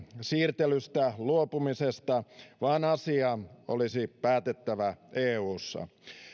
siirtelystä luopumisesta vaan asia olisi päätettävä eussa